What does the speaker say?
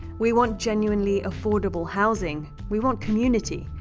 we want genuinely affordable housing. we want community.